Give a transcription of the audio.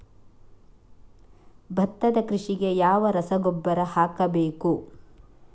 ಭತ್ತದ ಕೃಷಿಗೆ ಯಾವ ರಸಗೊಬ್ಬರ ಹಾಕಬೇಕು?